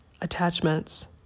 attachments